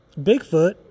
Bigfoot